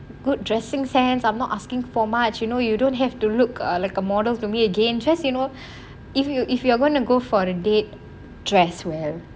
good dressing sense I'm not asking for much you know you don't have to look like a models to me again just you know if you if you are going to go for a date dress well